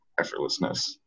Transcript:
effortlessness